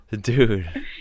Dude